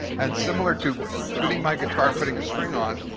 and similar to tuning my guitar and putting a string on,